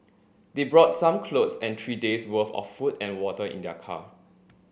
they brought some clothes and three days' worth of food and water in their car